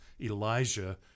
Elijah